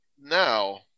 Now